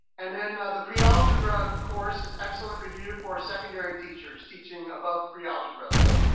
and then the pre-algebra course is excellent review for secondary teachers teaching above pre-algebra. so,